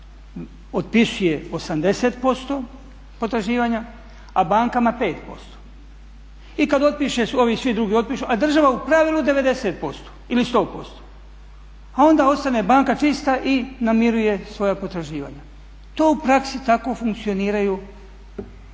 otpisuje 80% potraživanja a bankama 5%. I kad otpiše, ovi svi drugi otpišu a država u pravilu 90% ili 100% a onda ostane banka čista i namiruje svoja potraživanja. To u praksi tako funkcioniraju